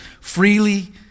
freely